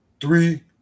three